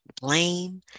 blame